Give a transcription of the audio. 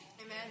Amen